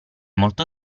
molto